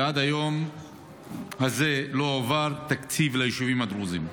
ועד היום הזה לא הועבר תקציב ליישובים הדרוזיים.